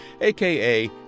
AKA